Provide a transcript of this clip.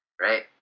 right